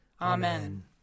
Amen